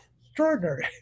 Extraordinary